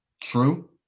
true